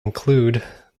include